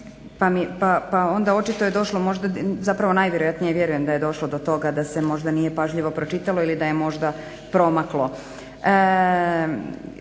pa onda očito je došlo možda, zapravo najvjerojatnije vjerujem da je došlo do toga da se možda nije pažljivo pročitalo ili da je možda promaklo.